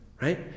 right